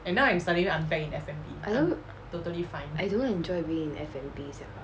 I don't I don't enjoy being in F&B sia